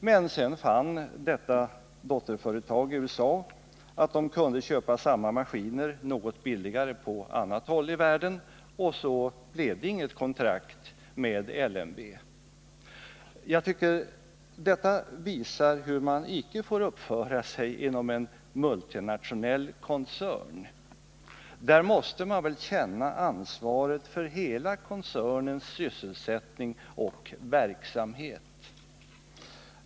Men detta dotterföretag i USA fann att det kunde köpa samma maskiner något billigare på annat håll i världen, och så blev det inte något kontrakt med LMV. Detta visar hur man icke får uppföra sig inom en multinationell koncern. Där måste man känna ansvar för hela koncernens sysselsättning och verksamhet.